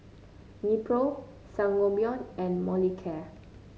Nepro Sangobion and Molicare